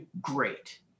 great